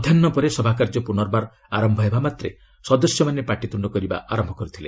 ମଧ୍ୟାହ୍ନ ପରେ ସଭାକାର୍ଯ୍ୟ ପୁନର୍ବାର ଆରମ୍ଭ ହେବାମାତ୍ରେ ସଦସ୍ୟମାନେ ପାଟିତୁଣ୍ଡ କରିବା ଆରମ୍ଭ କରିଥିଲେ